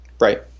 Right